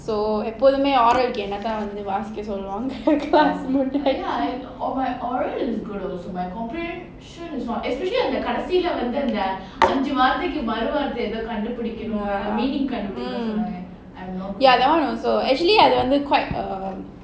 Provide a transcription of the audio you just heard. so எப்பயுமே:epayumae oral கு என்னதான் வாசிக்க சொல்வாங்க:ku ennathaan vaasika solvanga class கடைசில அந்த அஞ்சு வார்த்தைக்கு மறுவார்த்தே ஏதோ கண்டுபிடிக்கணும்னு சொல்வாங்களே:kadaisila antha anju vaarthaikku maruvaarthae edho kandupidikanumnu solvangalae mm ya that [one] also actually கண்டுபிடிக்கணும்னு சொல்வாங்களே:kandupidikkanumnu solvaangalae quite err